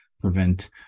prevent